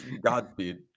Godspeed